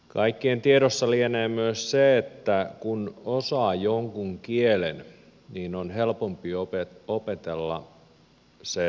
kaikkien tiedossa lienee myös se että kun osaa jonkun kielen niin on helpompi opetella sen sukulaiskieli